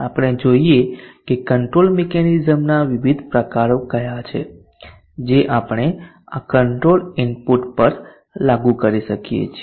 આપણે જોઈએ કે કંટ્રોલ મિકેનિઝમ્સના વિવિધ પ્રકારો કયા છે જે આપણે આ કંટ્રોલ ઇનપુટ પર લાગુ કરી શકીએ છીએ